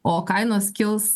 o kainos kils